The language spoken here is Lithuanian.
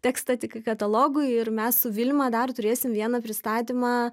tekstą tik katalogui ir mes su vilma dar turėsim vieną pristatymą